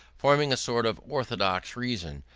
forming a sort of orthodox reason,